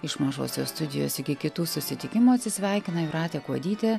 iš mažosios studijos iki kitų susitikimų atsisveikina jūratė kuodytė